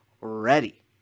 ready